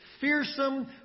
fearsome